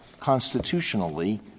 constitutionally